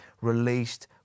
released